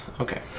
Okay